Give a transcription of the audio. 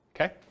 okay